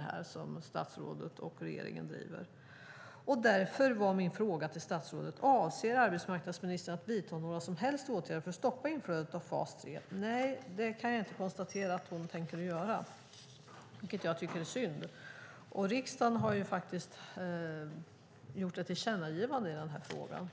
här, som statsrådet och regeringen driver, är liksom ingen succé. Därför var min fråga till statsrådet: Avser arbetsmarknadsministern att vidta några som helst åtgärder för att stoppa inflödet av arbetslösa i fas 3? Jag kan inte konstatera att hon tänker göra det, vilket jag tycker är synd. Riksdagen har faktiskt gjort ett tillkännagivande i den här frågan.